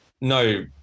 No